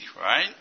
right